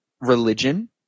religion